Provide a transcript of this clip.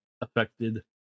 affected